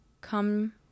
come